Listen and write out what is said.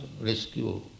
rescue